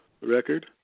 record